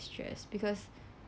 stressed because